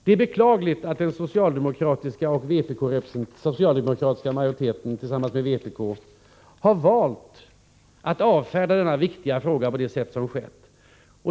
Det är beklagligt att den socialdemokratiska majoriteten tillsammans med vpk har valt att avfärda denna viktiga fråga på det sätt som skett.